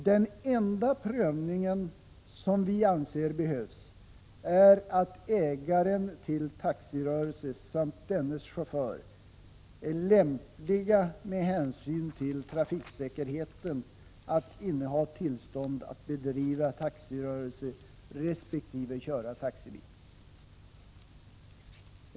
Den enda prövningen som vi anser behövs är att ägaren till taxirörelse samt dennes chaufför är lämpliga med hänsyn till trafiksäkerheten att inneha tillstånd att bedriva taxirörelse resp. köra taxibil.